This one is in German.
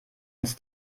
ganz